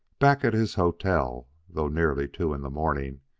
back at his hotel, though nearly two in the morning,